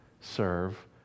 serve